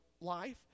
life